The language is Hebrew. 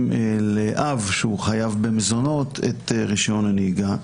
לאב שהוא חייב במזונות את רישיון הנהיגה.